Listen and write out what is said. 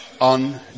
On